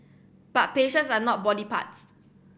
but patients are not body parts